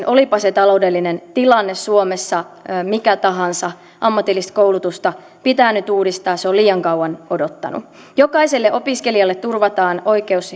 olipa taloudellinen tilanne suomessa mikä tahansa ammatillista koulutusta pitää nyt uudistaa se on liian kauan odottanut jokaiselle opiskelijalle turvataan oikeus